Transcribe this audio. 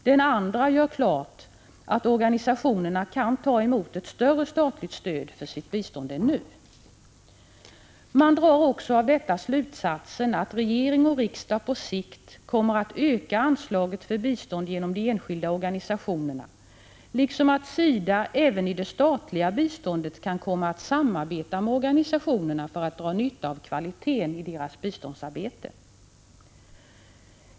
Den andra gör klart att organisationerna kan ta emot större statligt stöd för sitt bistånd än nu. Man drar också av detta slutsatsen att regering och riksdag på sikt kommer att öka anslaget för bistånd genom de enskilda organisationerna, liksom att SIDA även i det statliga biståndet kan komma att samarbeta med organisationerna för att dra nytta av kvaliteten i deras biståndsarbete.